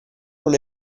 non